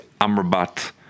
Amrabat